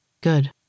Good